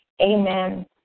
Amen